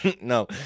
No